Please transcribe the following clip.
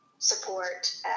support